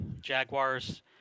Jaguars